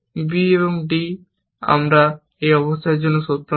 b d আমার এই অবস্থায় সত্য নয়